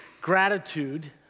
gratitude